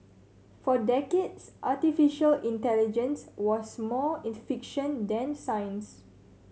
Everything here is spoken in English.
for decades artificial intelligence was more fiction than science